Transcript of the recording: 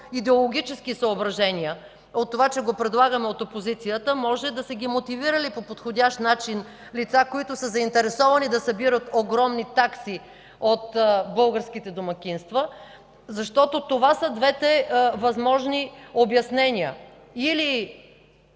идеологически съображения – от това, че го предлагаме от опозицията, може да са ги мотивирали по подходящ начин лица, които са заинтересовани да събират огромни такси от българските домакинства, защото това са двете възможни обяснения – или